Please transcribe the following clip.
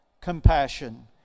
compassion